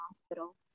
hospital